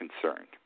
concerned